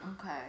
Okay